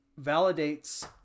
validates